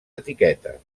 etiquetes